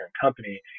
company